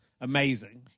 amazing